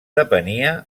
depenia